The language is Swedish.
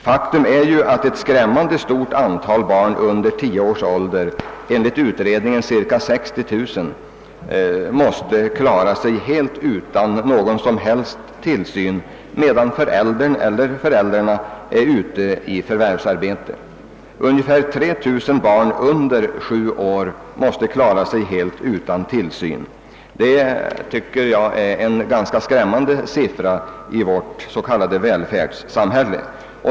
Faktum är att ett skrämmande stort antal barn under tioårsåldern — enligt utredningen cirka 60 000 — måste klara sig utan någon som helst tillsyn, medan föräldrarna eller föräldern är ute i förvärvsarbete. Ungefär 3 000 barn under sju år måste klara sig helt utan tillsyn. Detta är en ganska skrämmande siffra i vårt s.k. välfärdssamhälle.